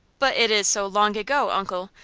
but it is so long ago, uncle,